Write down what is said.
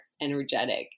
energetic